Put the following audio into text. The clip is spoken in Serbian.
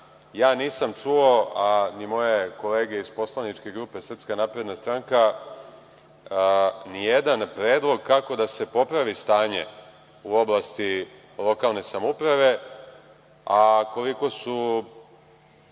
nisam čuo, a ni moje kolege iz Poslaničke grupe SNS, ni jedan predlog kako da se popravi stanje u oblasti lokalne samouprave, a koliko su